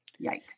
Yikes